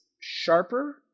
sharper